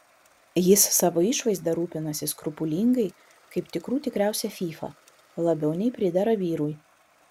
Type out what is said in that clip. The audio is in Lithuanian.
jis savo išvaizda rūpinasi skrupulingai kaip tikrų tikriausia fyfa labiau nei pridera vyrui